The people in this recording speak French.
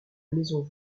maison